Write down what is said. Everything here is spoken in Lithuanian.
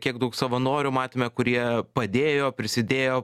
kiek daug savanorių matėme kurie padėjo prisidėjo